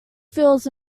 feels